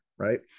Right